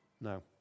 No